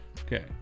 Okay